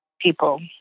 people